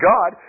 God